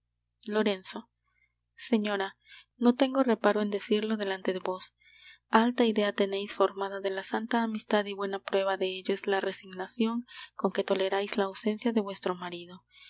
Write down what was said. lorenzo señora no tengo reparo en decirlo delante de vos alta idea teneis formada de la santa amistad y buena prueba de ello es la resignacion con que tolerais la ausencia de vuestro marido